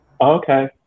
Okay